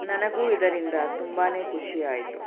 ನನಗೂ ಇದರಿಂದ ತುಂಬಾ ಖುಷಿ ಆಯಿತು